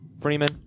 Freeman